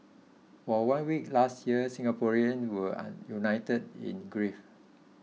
for one week last year Singaporeans were united in grief